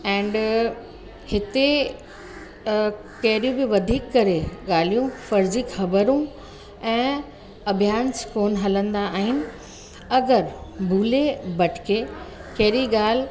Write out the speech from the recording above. and हिते कहिड़ियूं बि वधीक करे ॻाल्हियूं फर्ज़ी ख़बरूं ऐं अभ्यान्स कोन हलंदा आहिनि अगरि भूले भटके पहिरीं ॻाल्हि